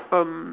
um